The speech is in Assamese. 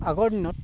আগৰ দিনত